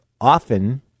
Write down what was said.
often